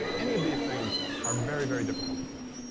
any of these things are very, very difficult to tell.